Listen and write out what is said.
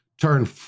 Turn